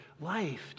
life